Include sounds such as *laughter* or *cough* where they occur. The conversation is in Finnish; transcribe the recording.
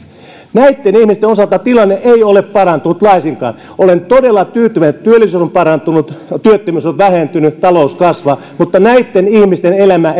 näitten ihmisten osalta tilanne ei ole parantunut laisinkaan olen todella tyytyväinen että työllisyys on parantunut työttömyys on vähentynyt talous kasvaa mutta näitten ihmisten elämä *unintelligible*